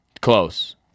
Close